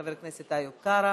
חבר הכנסת איוב קרא.